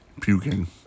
Puking